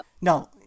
No